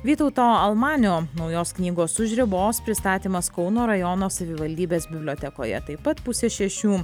vytauto almanio naujos knygos už ribos pristatymas kauno rajono savivaldybės bibliotekoje taip pat pusė šešių